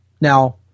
Now